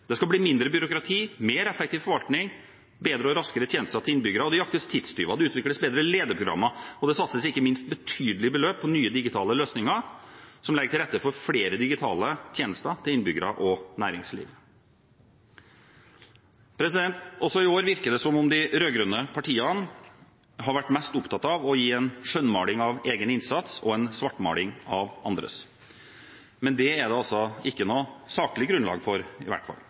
Det skal bli mindre byråkrati, mer effektiv forvaltning, bedre og raskere tjenester til innbyggerne. Det jaktes tidstyver, det utvikles bedre lederprogrammer, og det satses ikke minst betydelige beløp på nye digitale løsninger som legger til rette for flere digitale tjenester til innbyggere og næringsliv. Også i år virker det som om de rød-grønne partiene har vært mest opptatt av å gi en skjønnmaling av egen innsats og en svartmaling av andres. Men det er det ikke noe saklig grunnlag for, i hvert fall